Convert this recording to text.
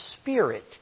spirit